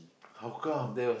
how come